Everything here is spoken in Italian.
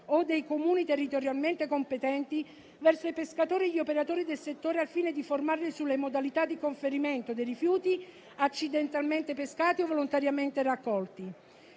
o dei Comuni territorialmente competenti, verso i pescatori e gli operatori del settore al fine di formarli sulle modalità di conferimento dei rifiuti accidentalmente pescati o volontariamente raccolti.